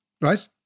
right